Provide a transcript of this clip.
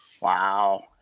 Wow